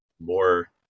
more